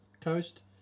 coast